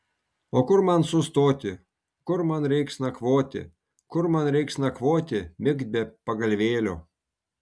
o kur man sustoti kur man reiks nakvoti kur man reiks nakvoti migt be pagalvėlio